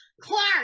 Clark